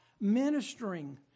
ministering